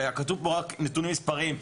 וכתוב פה רק נתונים מספריים.